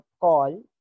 call